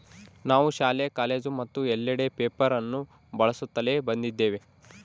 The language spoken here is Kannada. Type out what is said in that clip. ನಾವು ಶಾಲೆ, ಕಾಲೇಜು ಮತ್ತು ಎಲ್ಲೆಡೆ ಪೇಪರ್ ಅನ್ನು ಬಳಸುತ್ತಲೇ ಬಂದಿದ್ದೇವೆ